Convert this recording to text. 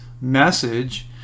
message